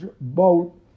boat